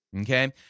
Okay